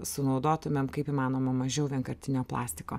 sunaudotumėm kaip įmanoma mažiau vienkartinio plastiko